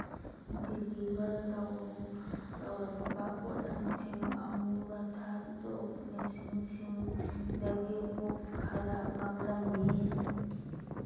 deliver ꯇꯧꯔꯝꯕ ꯄꯣꯠꯂꯝꯁꯤꯡ ꯑꯃꯨꯔꯊꯥ ꯗꯨꯞ ꯃꯦꯆꯤꯟꯁꯤꯡꯗꯒꯤ ꯕꯣꯛꯁ ꯈꯔ ꯃꯥꯡꯂꯝꯃꯤ